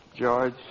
George